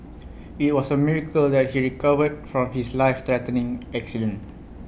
IT was A miracle that he recovered from his life threatening accident